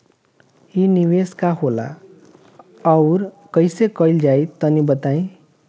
इ निवेस का होला अउर कइसे कइल जाई तनि बताईं?